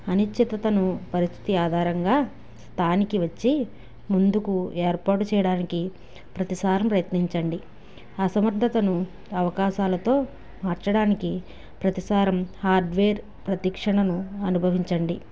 అనిశ్చితతను పరిస్థితి ఆధారంగా స్థానికి వచ్చి ముందుకు ఏర్పాటు చేయడానికి ప్రతిసారం ప్రయత్నించండి అసమర్థతతను అవకాశాలతో అర్చడానికి ప్రతిసారం హార్డ్వేర్ ప్రతిక్షణను అనుభవించండి